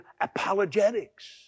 apologetics